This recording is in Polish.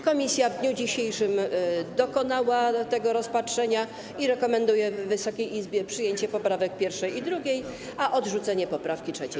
Komisja w dniu dzisiejszym dokonała tego rozpatrzenia i rekomenduje Wysokiej Izbie przyjęcie poprawek 1. i 2. oraz odrzucenie poprawki 3.